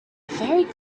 very